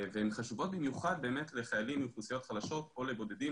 והן חשובות במיוחד לחיילים מאוכלוסיות חלשות או לבודדים,